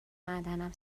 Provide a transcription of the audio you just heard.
معدنم